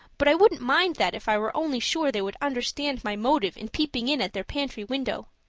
but i wouldn't mind that if i were only sure they would understand my motive in peeping in at their pantry window.